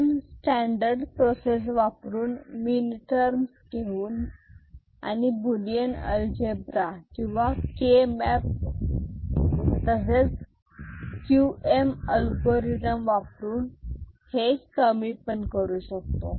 आपण standard process वापरून minterms घेऊन आणि बुलियन अल्जेब्रा किंवा K मॅप karnough मॅप किंवा क्यू एम अल्गोरिदम वापरून हे कमी पण करू शकतो